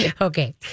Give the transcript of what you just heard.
okay